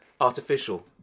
artificial